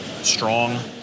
strong